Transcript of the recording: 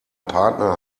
partner